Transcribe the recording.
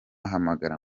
hamagara